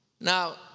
Now